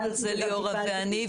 דיברנו על זה ליאורה ואני,